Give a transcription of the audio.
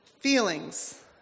Feelings